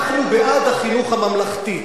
אני בעד חינוך ממלכתי.